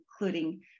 including